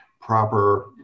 proper